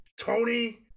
Tony